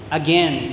again